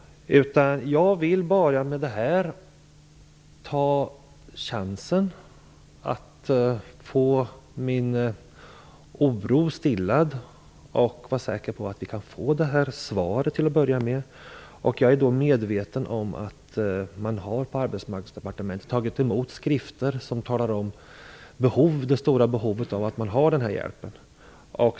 Jag vill bara med den här frågan ta chansen att få min oro stillad och vara säker på att vi i Västervik kan få detta svar till att börja med. Jag är medveten om att man på Arbetsmarknadsdepartementet tar emot skrifter där det talas om det stora behovet av den här hjälpen.